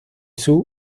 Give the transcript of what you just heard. sue